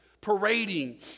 parading